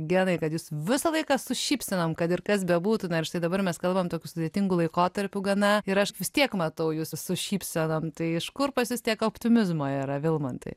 genai kad jūs visą laiką su šypsenom kad ir kas bebūtų na ir štai dabar mes kalbam tokiu sudėtingu laikotarpiu gana ir aš vis tiek matau jus su šypsenom tai iš kur pas jus tiek optimizmo yra vilmantai